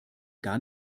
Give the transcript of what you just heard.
gar